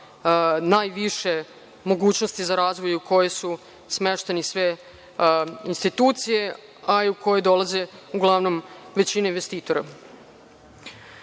najviše mogućnosti za razvoj u kojoj su smešteni sve institucije, a i u koje dolaze uglavnom većina investitora. Na